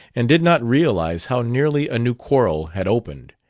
and did not realize how nearly a new quarrel had opened.